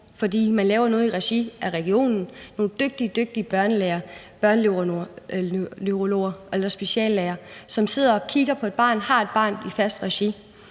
fordi man laver noget i regi af regionen og kommunen. Nogle dygtige, dygtige børneneurologer eller speciallæger sidder og kigger på et barn, har et barn i fast regi,